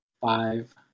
five